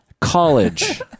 college